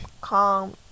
calm